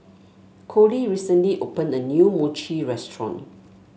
Colie recently opened a new Mochi restaurant